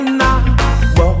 now